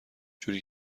جوری